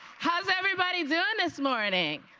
how's everybody doing this morning?